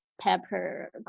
pepper